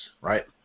right